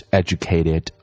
educated